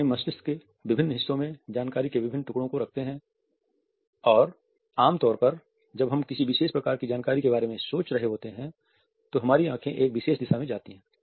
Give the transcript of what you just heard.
हम अपने मस्तिष्क के विभिन्न हिस्सों में जानकारी के विभिन्न टुकड़े रखते हैं और आमतौर पर जब हम किसी विशेष प्रकार की जानकारी के बारे में सोच रहे होते हैं तो हमारी आँखें एक विशेष दिशा में जाती हैं